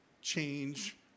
change